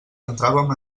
entràvem